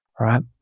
right